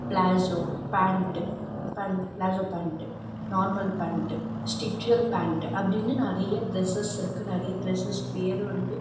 palazzo pant normal pant சிட்சுவல் pant அப்படின்னு நிறைய ட்ரெஸ்ஸஸ் இருக்குது ட்ரெஸ்ஸஸ் பேரும் இருக்குது